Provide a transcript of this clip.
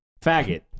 Faggot